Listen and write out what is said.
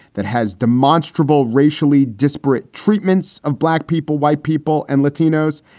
that has demonstrable racially disparate treatments of black people, white people and latinos.